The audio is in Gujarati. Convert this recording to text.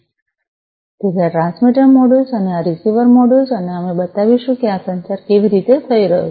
તેથી આ ટ્રાન્સમીટર મોડ્યુલ છે અને આ રીસીવર મોડ્યુલ છે અને અમે બતાવીશું કે આ સંચાર કેવી રીતે થઈ રહ્યો છે